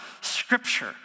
Scripture